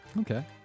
Okay